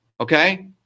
okay